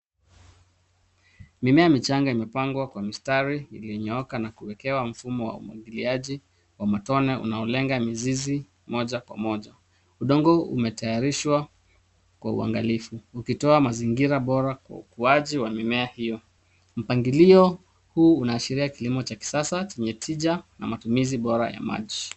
Mimea michanga imepangwa kwa mistari ulioyonyooka na kuwekewa mfumo wa umwagiliaji wa matone unaolenga mizizi moja kwa moja. Udongo umetayarishwa kwa uangalifu ukitoa mazingira bora kwa ukuaji wa mimea hiyo. Mpangilio huu unaashiria kilimo cha kisasa chenye tija na matumizi bora ya maji.